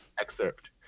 excerpt